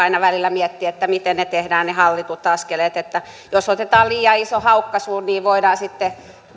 aina välillä miettiä miten ne hallitut askeleet tehdään että jos otetaan liian iso haukkaisu niin voidaan sitten